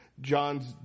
John's